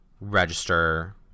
register